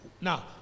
Now